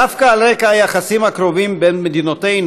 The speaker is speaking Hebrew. דווקא על רקע היחסים הקרובים בין מדינותינו